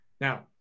Now